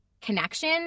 connection